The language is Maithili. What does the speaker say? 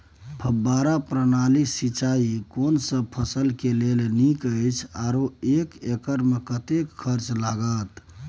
फब्बारा प्रणाली सिंचाई कोनसब फसल के लेल नीक अछि आरो एक एकर मे कतेक खर्च लागत?